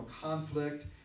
conflict